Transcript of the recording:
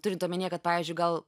turint omenyje kad pavyzdžiui gal